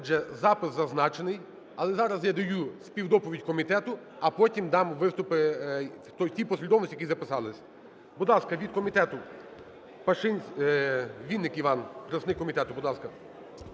Отже, запис зазначений, але зараз я даю співдоповідь комітету, а потім дам виступи в тій послідовності, в якій записались. Будь ласка, від комітету Вінник Іван, представник комітету,